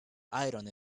iron